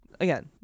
again